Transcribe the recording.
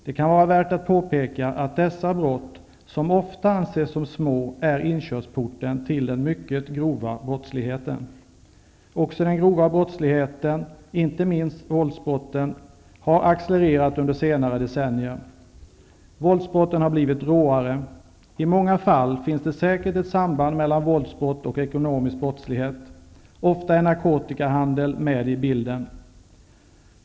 Det kan vara värt att påpeka att dessa brott, som ofta anses som små, är inkörsporten till den mycket grova brottsligheten. Också den grova brottsligheten, inte minst våldsbrotten, har accelererat under senare decennier. Våldsbrotten har blivit råare. I många fall finns det säkert ett samband mellan våldsbrott och ekonomisk brottslighet. Ofta är narkotikahandel med i bilden.